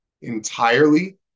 entirely